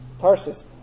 Tarsus